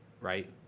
right